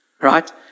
right